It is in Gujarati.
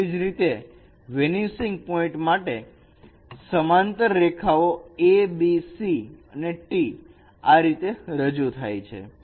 તેવી જ રીતે વેનીસિંગ પોઇન્ટ માટે સમાંતર રેખાઓ abcT આ રીતે રજુ થાય છે